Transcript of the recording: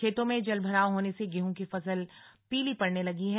खेतों में जलभराव होने से गेहूं की फसल पीली पड़ने लगी है